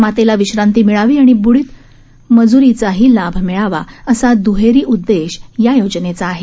मातेला विश्रांती मिळावी आणि बुंडीत मजुरीचाही लाभ मिळावा असा दुहेरी उददेश या योजनेचा आहे